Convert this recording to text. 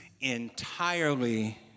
entirely